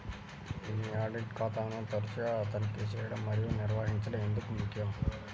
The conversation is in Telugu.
మీ ఆడిట్ ఖాతాను తరచుగా తనిఖీ చేయడం మరియు నిర్వహించడం ఎందుకు ముఖ్యం?